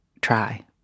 try